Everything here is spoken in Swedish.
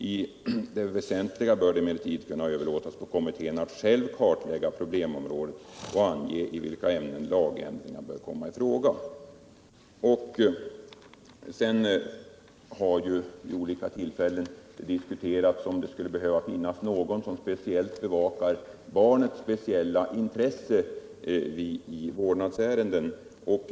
I det väsentliga bör det emellertid kunna överlåtas åt kommittén att själv kartlägga problemområdet och ange i vilka ämnen lagändringar bör ifrågakomma. Vid olika tillfällen har diskuterats om det behöver finnas någon som bevakar barnets speciella intressen i vårdnadsärenden.